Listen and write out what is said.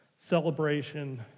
celebration